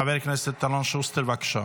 חבר הכנסת אלון שוסטר, בבקשה.